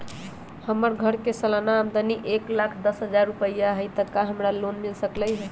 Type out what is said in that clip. हमर घर के सालाना आमदनी एक लाख दस हजार रुपैया हाई त का हमरा लोन मिल सकलई ह?